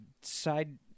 side